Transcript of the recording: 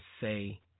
say